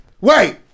wait